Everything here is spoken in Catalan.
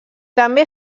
també